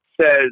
says